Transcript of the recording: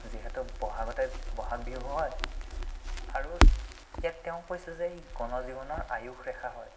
যিহেতু ব'হাগতে ব'হাগ বিহু হয় আৰু ইয়াত তেওঁ কৈছে যে ই গণ জীৱনৰ আয়ুস ৰেখা হয়